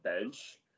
bench